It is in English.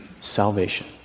salvation